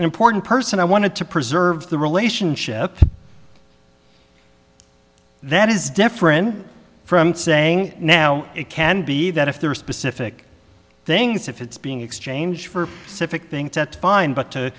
important person i wanted to preserve the relationship that is different from saying now it can be that if there are specific things if it's being exchanged for civic think that fine but to